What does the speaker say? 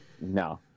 no